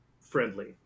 friendly